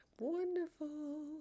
wonderful